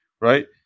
right